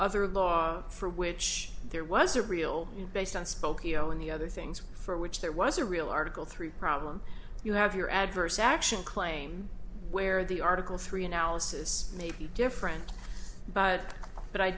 other law for which there was a real based on spokeo in the other things for which there was a real article three problem you have your adverse action claim where the article three analysis may be different but